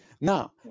Now